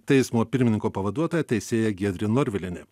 teismo pirmininko pavaduotoja teisėja giedrė norvilienė